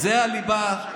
זו הליבה.